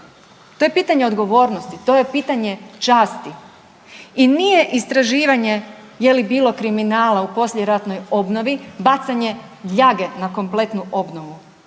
To je pitanje odgovornosti. To je pitanje časti i nije istraživanje je li bilo kriminala u poslijeratnoj obnovi bacanje ljage na kompletnu obnovu.